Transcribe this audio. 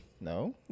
No